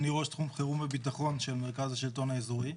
אני ראש תחום חירום וביטחון של מרכז השלטון האזורי,